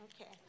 Okay